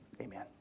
Amen